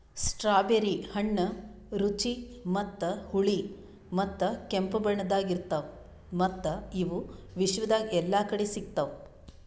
strawberry ಹಣ್ಣ ರುಚಿ ಮತ್ತ ಹುಳಿ ಮತ್ತ ಕೆಂಪು ಬಣ್ಣದಾಗ್ ಇರ್ತಾವ್ ಮತ್ತ ಇವು ವಿಶ್ವದಾಗ್ ಎಲ್ಲಾ ಕಡಿ ಸಿಗ್ತಾವ್